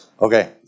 Okay